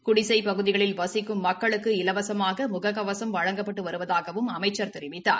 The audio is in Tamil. குடிசைப் பகுதிகளில் வசிக்கும் மக்களுக்கு இலவசமாக முக கவசம் வழங்கப்பட்டு வருவதாகவும் அமைச்சர் தெரிவித்தார்